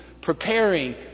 preparing